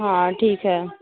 हाँ ठीक है